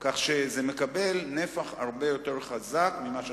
כך שזה מקבל נפח הרבה יותר גדול ממה שחשבתם.